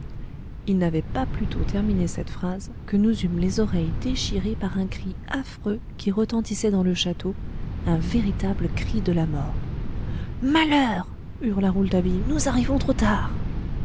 il n'avait pas plus tôt terminé cette phrase que nous eûmes les oreilles déchirées par un cri affreux qui retentissait dans le château un véritable cri de la mort malheur hurla rouletabille nous arrivons trop tard